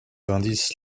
indices